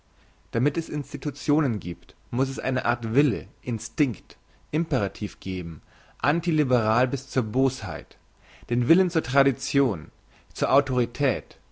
damit es institutionen giebt muss es eine art wille instinkt imperativ geben antiliberal bis zur bosheit den willen zur tradition zur autorität